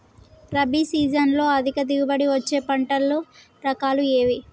రబీ సీజన్లో అధిక దిగుబడి వచ్చే పంటల రకాలు ఏవి?